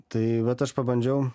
tai vat aš pabandžiau